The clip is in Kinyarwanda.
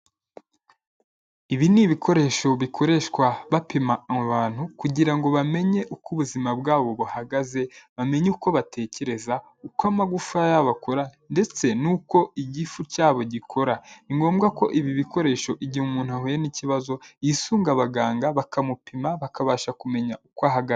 Ibi ni ibikoresho bikoreshwa bapima, abantu kugira ngo bamenye uko ubuzima bwabo buhagaze, bamenye uko batekereza, uko amagufa yabo akora ndetse n'uko igifu cyabo gikora. Ni ngombwa ko ibi bikoresho igihe umuntu ahuye n'ikibazo yisunga abaganga bakamupima, bakabasha kumenya uko ahagaze.